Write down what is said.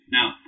Now